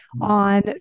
on